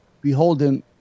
beholden